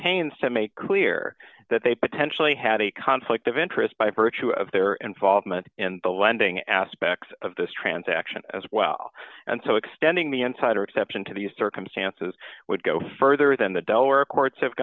pains to make clear that they potentially had a conflict of interest by virtue of their involvement in the lending aspects of this transaction as well and so extending the insider exception to these circumstances would go further than the doe records have